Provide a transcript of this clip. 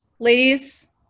Ladies